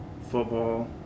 football